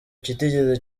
kitigeze